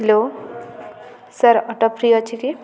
hello sir auto free ଅଛି କି